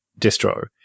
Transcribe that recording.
distro